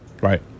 Right